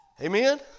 Amen